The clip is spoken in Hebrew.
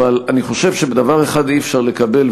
אבל אני חושב שדבר אחד אי-אפשר לקבל,